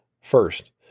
First